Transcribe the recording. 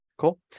Cool